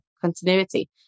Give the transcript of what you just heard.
continuity